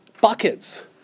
buckets